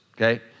okay